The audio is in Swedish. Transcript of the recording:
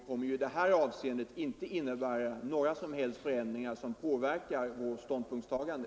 Herr talman! Den nya grundlagen kommer ju i detta avseende inte att innebära några som helst förändringar som påverkar vårt ståndpunktstagande.